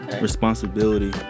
responsibility